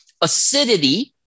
acidity